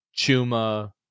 Chuma